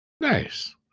Nice